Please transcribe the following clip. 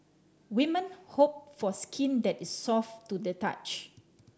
women hope for skin that is soft to the touch